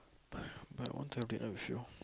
but I want to have dinner with you